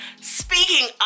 speaking